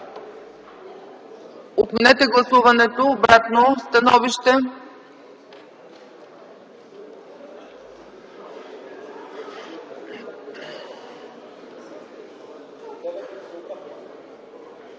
Отменете гласуването. Обратно становище.